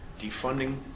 defunding